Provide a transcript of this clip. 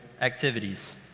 activities